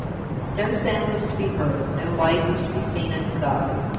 no sound was to be heard, no light was to be seen inside.